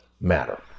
matter